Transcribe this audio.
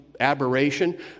aberration